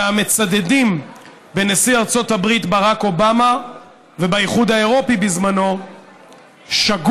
והמצדדים בנשיא ארצות הברית ברק אובמה ובאיחוד האירופי בזמנו שגו,